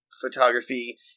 photography